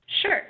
Sure